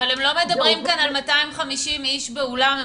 אבל הם לא מדברים כאן על 250 איש באולם,